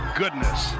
goodness